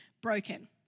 broken